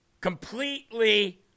completely